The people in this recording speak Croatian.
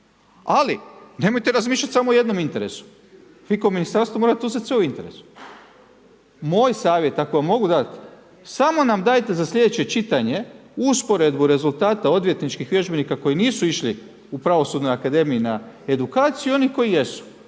Ali, nemojte razmišljati samo o jednom interesu. Vi kao ministarstvo morate uzeti sve u interes. Moj savjet, ako vam mogu dati, samo nam dajte za sljedeće čitanje, usporedbu rezultata odvjetničkih vježbenika koji nisu išli u pravosudnoj akademiji na edukaciju i onih koji jesu.